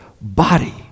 body